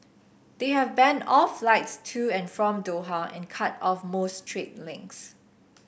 they have banned all flights to and from Doha and cut off most trade links